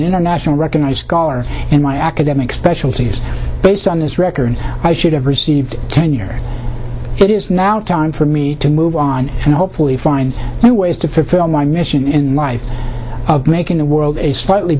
internationally recognized scholar in my academic specialties based on this record i should have received tenure it is now time for me to move on and hopefully find new ways to fulfill my mission in life of making the world a slightly